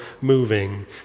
moving